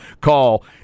call